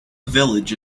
village